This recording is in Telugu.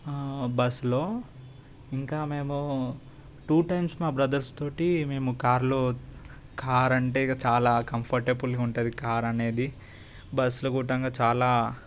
బస్సులో ఇంకా మేము టూ టైమ్స్ మా బ్రదర్స్ తోటి మేము కారులో కార్ అంటే ఇంకా చాలా కంఫర్టబుల్గా ఉంటుంది కార్ అనేది బస్సులో కొట్టంగా చాలా